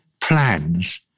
plans